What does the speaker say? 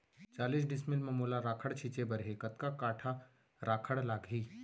चालीस डिसमिल म मोला राखड़ छिंचे बर हे कतका काठा राखड़ लागही?